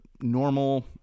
normal